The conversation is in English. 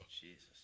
Jesus